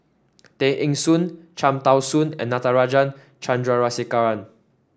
Tay Eng Soon Cham Tao Soon and Natarajan Chandrasekaran